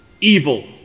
evil